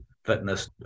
fitness